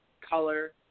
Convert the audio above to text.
color